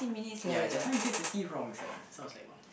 ya just now you say thirty wrong sia so I was like like oh